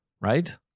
right